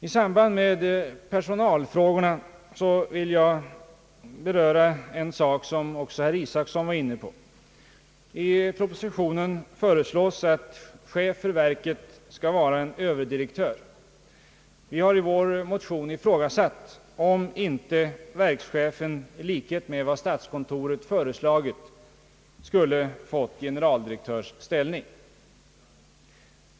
I samband med personalfrågorna vill jag beröra en sak som även herr Isacson var inne på. I propositionen föreslås att chef för verket skall vara en överdirektör. Vi har i vår motion ifrågasatt om inte verkschefen, i likhet med vad statskontoret föreslagit, skulle fått generaldirektörs ställning.